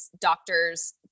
doctors